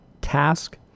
Task